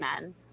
men